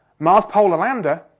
mars polar lander,